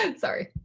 and sorry.